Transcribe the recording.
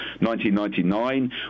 1999